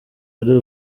ari